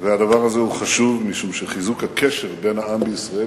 והדבר הזה חשוב משום שחיזוק הקשר בין העם בישראל,